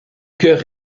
coeur